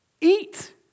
Eat